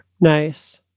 nice